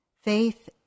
Faith